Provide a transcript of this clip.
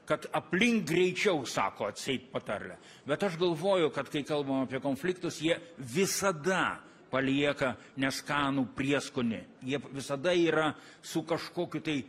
kad aplink greičiau sako atseit patarlė bet aš galvoju kad kai kalbam apie konfliktus jie visada palieka neskanų prieskonį jie visada yra su kažkokiu tai